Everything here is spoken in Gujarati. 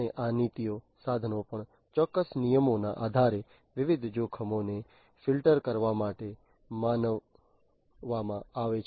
અને આ નીતિઓ સાધનો પણ ચોક્કસ નિયમોના આધારે વિવિધ જોખમોને ફિલ્ટર કરવા માટે માનવામાં આવે છે